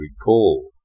recall